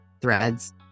threads